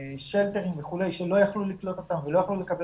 שלטרים וכולי שלא יכלו לקלוט אותם ולא יכלו לקבל